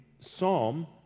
Psalm